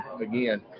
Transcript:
again